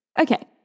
Okay